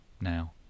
Now